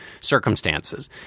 circumstances